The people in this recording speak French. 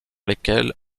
lesquelles